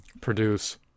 produce